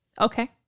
Okay